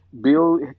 Bill